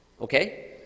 okay